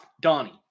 donnie